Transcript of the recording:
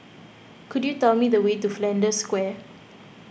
could you tell me the way to Flanders Square